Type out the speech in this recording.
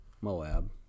Moab